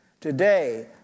Today